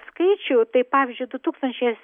skaičių tai pavyzdžiui du tūkstančiais